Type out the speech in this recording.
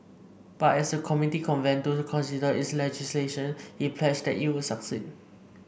but as the committee convened to consider its legislation he pledged that it would succeed